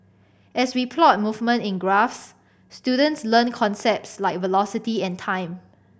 as we plot movement in graphs students learn concepts like velocity and time